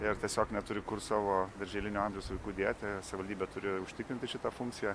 ir tiesiog neturi kur savo darželinio amžiaus vaikų dėti savivaldybė turi užtikrinti šitą funkciją